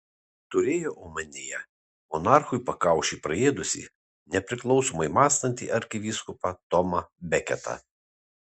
turėjo omenyje monarchui pakaušį praėdusį nepriklausomai mąstantį arkivyskupą tomą beketą